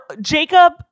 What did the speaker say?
Jacob